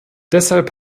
deshalb